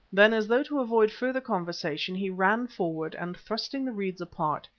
then, as though to avoid further conversation he ran forward, and thrusting the reeds apart,